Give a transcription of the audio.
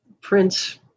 Prince